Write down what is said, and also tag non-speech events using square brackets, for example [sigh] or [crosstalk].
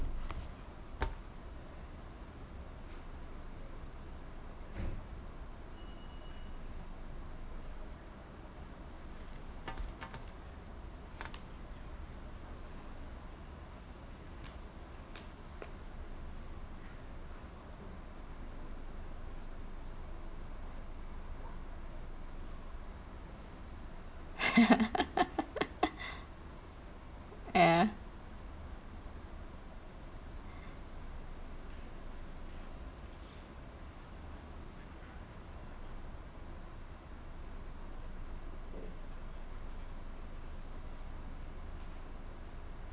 [laughs] ya